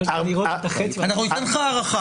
שלוש דקות.